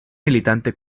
militante